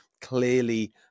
clearly